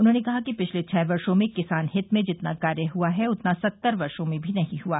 उन्होंने कहा कि पिछले छह वर्षो में किसान हित में जितना कार्य हुआ है उतना सत्तर वर्षो में नहीं हुआ